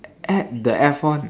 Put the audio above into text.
at the F one